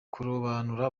kurobanura